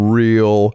real